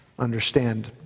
Understand